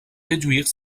réduire